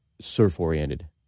surf-oriented